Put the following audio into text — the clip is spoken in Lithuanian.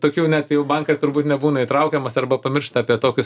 tokių net jau bankas turbūt nebūna įtraukiamas arba pamiršta apie tokius